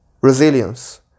Resilience